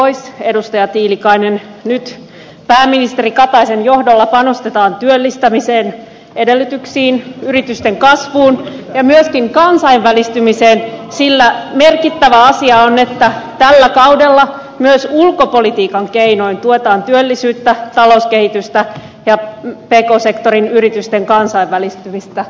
huoli pois edustaja tiilikainen nyt pääministeri kataisen johdolla panostetaan työllistämisen edellytyksiin yritysten kasvuun ja myöskin kansainvälistymiseen sillä merkittävä asia on että tällä kaudella myös ulkopolitiikan keinoin tuetaan työllisyyttä talouskehitystä ja pk sektorin yritysten kansainvälistymistä